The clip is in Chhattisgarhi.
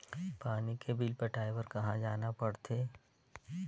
पानी के बिल पटाय बार कहा जाना पड़थे?